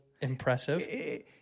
impressive